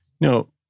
No